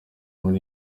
muri